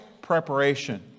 preparation